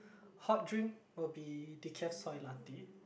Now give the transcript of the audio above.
hot drink will be decaf soy latte